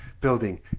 building